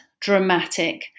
dramatic